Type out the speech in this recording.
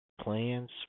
plans